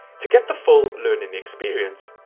to get the full learning experience,